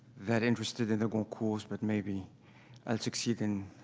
that interested in the goncourts, but maybe i'll succeed in,